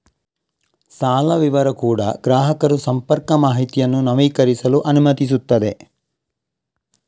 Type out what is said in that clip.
ಸಾಲ ವಿವರ ಕೂಡಾ ಗ್ರಾಹಕರು ಸಂಪರ್ಕ ಮಾಹಿತಿಯನ್ನು ನವೀಕರಿಸಲು ಅನುಮತಿಸುತ್ತದೆ